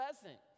pleasant